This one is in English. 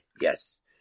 Yes